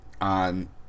on